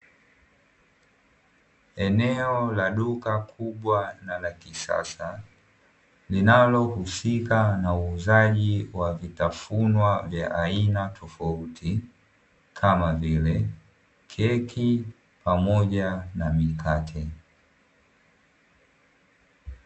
Eneo la duka kubwa na la kisasa linalohusika na uuzaji wa vitafunwa vya aina tofauti, kama vile keki pamoja na mikate.